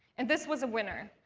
and this was a winner.